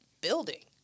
building